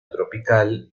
tropical